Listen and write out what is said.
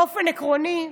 באופן עקרוני,